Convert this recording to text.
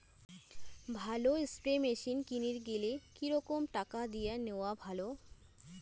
ভালো spray machine কিনির গেলে কি রকম টাকা দিয়া নেওয়া ভালো?